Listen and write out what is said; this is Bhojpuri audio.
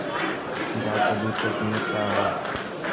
गाय क दूध क कीमत का हैं?